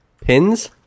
Pins